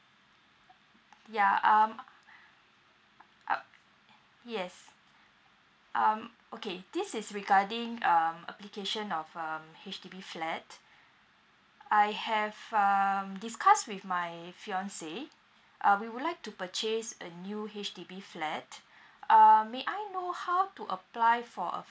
ya um uh yes um okay this is regarding um application of um H_D_B flat I have um discussed with my fiance uh we would like to purchase a new H_D_B flat um may I know how to apply for a